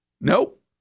Nope